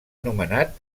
nomenat